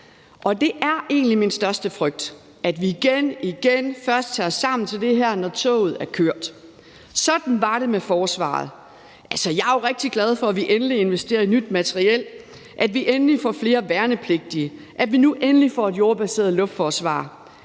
Og det er egentlig min største frygt, at vi igen og igen først tager os sammen til det her, når toget er kørt. Sådan var det med forsvaret. Jeg er jo rigtig glad for, at vi endelig investerer i nyt materiel, at vi endelig får flere værnepligtige, at vi nu endelig får et jordbaseret luftforsvar,